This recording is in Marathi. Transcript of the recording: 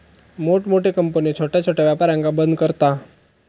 मोठमोठे कंपन्यो छोट्या छोट्या व्यापारांका बंद करता